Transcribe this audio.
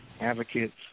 advocates